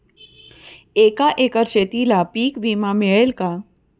एका एकर शेतीला पीक विमा मिळेल का?